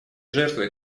жертвой